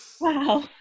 wow